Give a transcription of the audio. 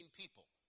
people